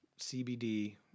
CBD